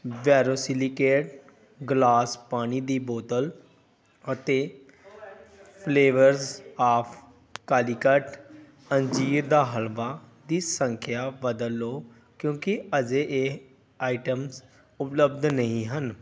borosilicate glass ਪਾਣੀ ਦੀ ਬੋਤਲ ਅਤੇ ਫਲਵੇਰੱਜ ਆਫ ਕਾਲੀਕਟ ਅੰਜੀਰ ਦਾ ਹਲਵਾ ਦੀ ਸੰਖਿਆ ਬਦਲ ਲਓ ਕਿਉਂਕਿ ਅਜੇ ਇਹ ਆਈਟਮਜ਼ ਉਪਲੱਬਧ ਨਹੀਂ ਹਨ